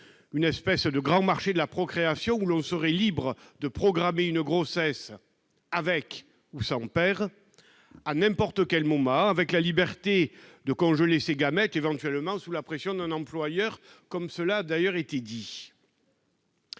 d'une sorte de grand marché de la procréation, où l'on serait libre de programmer une grossesse, avec ou sans père, à n'importe quel moment, de congeler ses gamètes, éventuellement sous la pression d'un employeur ... Quant à instaurer l'égalité